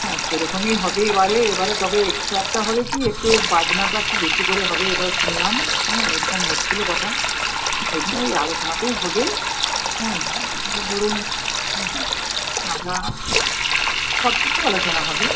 হ্যাঁ সেরকমই হবে এবারে এবারে তবে এক্সট্রা একটা হবে কী একটু বাজনাটা একটু বেশি করে হবে এটাও শুনলাম হ্যাঁ এরকম হচ্ছিল কথা সেগুলো ওই আলোচনাতেই হবে হ্যাঁ ধরুন হ্যাঁ আমরা সব কিছুই আলোচনা হবে